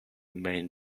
main